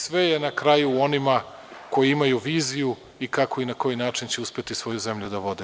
Sve je na kraju u onima koji imaju viziju i kako i na koji način će uspeti svoju zemlju da vode.